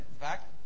back